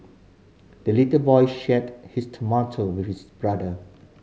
the little boy shared his tomato with his brother